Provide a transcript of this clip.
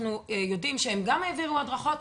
ואנחנו יודעים שגם הם העבירו הדרכות,